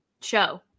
show